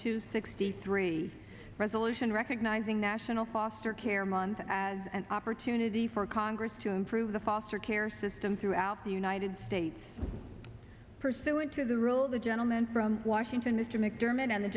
two sixty three resolution recognizing national foster care month as an opportunity for congress to improve the foster care system throughout the united states pursuant to the rule of the gentleman from washington mr mcdermott and the